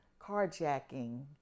carjacking